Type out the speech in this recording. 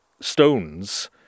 stones